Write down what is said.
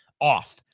off